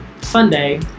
Sunday